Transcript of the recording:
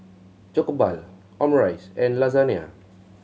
Jokbal Omurice and Lasagna